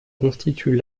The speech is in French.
constituent